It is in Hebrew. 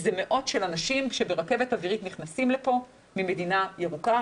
זה מאות אנשים שברכבת אווירית נכנסים לפה ממדינה ירוקה,